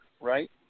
right